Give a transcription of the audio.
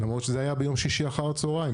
למרות שזה היה ביום שישי אחר הצוהריים,